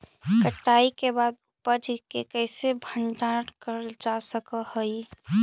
कटाई के बाद उपज के कईसे भंडारण करल जा सक हई?